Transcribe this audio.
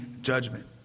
judgment